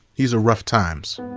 these are rough times.